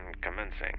commencing